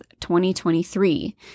2023